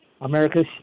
America's